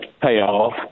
payoff